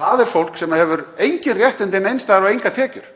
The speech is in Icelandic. það er fólk sem hefur engin réttindi neins staðar og engar tekjur.